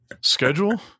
schedule